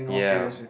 ya